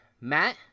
Matt